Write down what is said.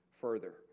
further